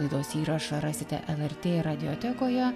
laidos įrašą rasite lrt radiotekoje